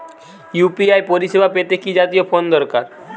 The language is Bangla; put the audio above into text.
ইউ.পি.আই পরিসেবা পেতে কি জাতীয় ফোন দরকার?